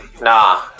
nah